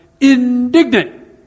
indignant